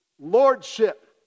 lordship